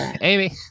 Amy